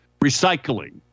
recycling